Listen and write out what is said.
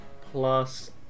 plus